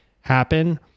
happen